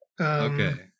Okay